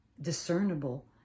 discernible